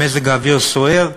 במזג אוויר סוער,